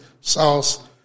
sauce